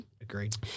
Agreed